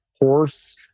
Horse